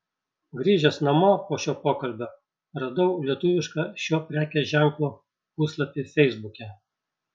grįžęs namo po šio pokalbio radau lietuvišką šio prekės ženklo puslapį feisbuke